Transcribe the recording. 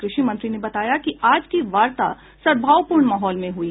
कृषि मंत्री ने बताया कि आज की वार्ता सद्भावपूर्ण माहौल में हुई